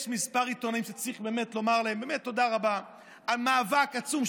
יש כמה עיתונאים שצריך באמת לומר להם תודה רבה על מאבק עצום,